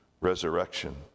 resurrection